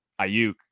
Ayuk